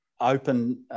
open